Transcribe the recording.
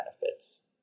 benefits